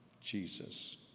Jesus